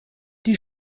die